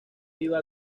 iba